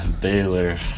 Baylor